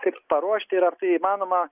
kaip paruošti ir ar tai įmanoma